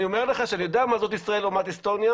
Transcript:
אני אומר לך שאני יודע מה זאת ישראל לעומת אסטוניה.